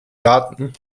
garten